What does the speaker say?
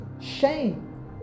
shame